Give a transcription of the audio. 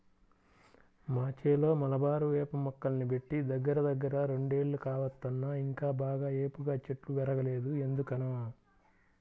మా చేలో మలబారు వేప మొక్కల్ని బెట్టి దగ్గరదగ్గర రెండేళ్లు కావత్తన్నా ఇంకా బాగా ఏపుగా చెట్లు బెరగలేదు ఎందుకనో